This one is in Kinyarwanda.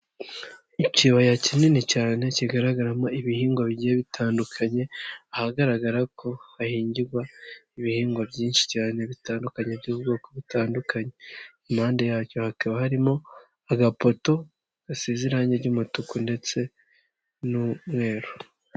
Ikibaya kinini cyane kigaragaramo ibihingwa bigiye bitandukanye ahagaragara ko hahingirwa ibihingwa byinshi cyane bitandukanye by'ubwoko butandukanye, impande yacyo hakaba harimo agapoto gasize irange ry'umutuku ndetse n'umweru.